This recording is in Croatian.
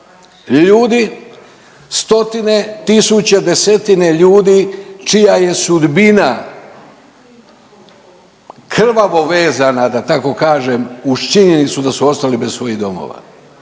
ljudi stotine tisuće desetine ljudi čija je sudbina krvavo vezana da tako kažem uz činjenicu da su ostali bez svojih domova.